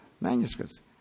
manuscripts